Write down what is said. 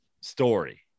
story